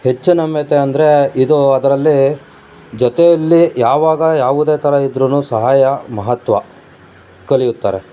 ಹೆಚ್ಚು ನಮ್ಯತೆ ಅಂದರೆ ಇದು ಅದರಲ್ಲಿ ಜೊತೆಯಲ್ಲಿ ಯಾವಾಗ ಯಾವುದೇ ಥರ ಇದ್ರೂ ಸಹಾಯ ಮಹತ್ವ ಕಲಿಯುತ್ತಾರೆ